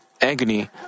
agony